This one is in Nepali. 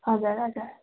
हजुर हजुर